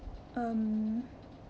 um